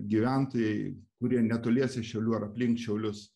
gyventojai kurie netoliese šiaulių ar aplink šiaulius